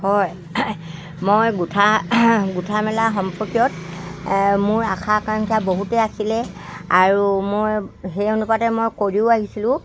হয় মই গোঁঠা গোঁঠা মেলা সম্পৰ্কত মোৰ আশাকাংক্ষা বহুতেই আছিলে আৰু মই সেই অনুপাতে মই কৰিও আহিছিলোঁ